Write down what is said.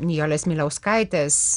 nijolės miliauskaitės